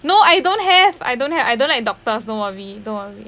no I don't have I don't have I don't like doctors don't worry don't worry